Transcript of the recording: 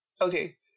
okay